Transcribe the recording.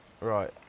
Right